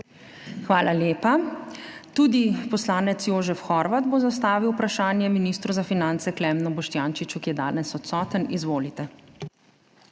Hvala lepa. Tudi poslanec Jožef Horvat bo zastavil vprašanje ministru za finance Klemnu Boštjančiču, ki je danes odsoten. Izvolite.